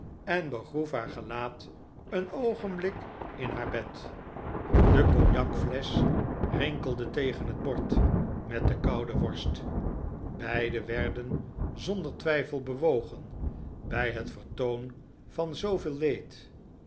en begroef haar gelaat een oogenblik in haar bed de cognacflesch rinkelde tegen het bord met de koude worst beide werden zonder twijfel bewogen bij het vertoon van zooveel leed